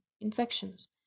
infections